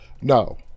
no